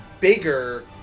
bigger